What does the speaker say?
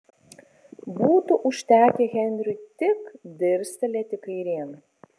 būtų užtekę henriui tik dirstelėti kairėn